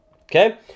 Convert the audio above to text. okay